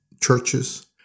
churches